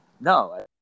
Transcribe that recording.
no